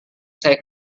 saya